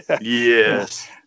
Yes